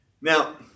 Now